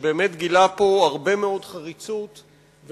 שבאמת הפגין פה הרבה מאוד חריצות ומסירות,